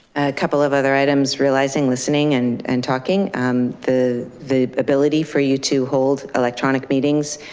couple of other items, realizing listening and and talking. and the the ability for you to hold electronic meetings